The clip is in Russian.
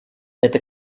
эта